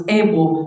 able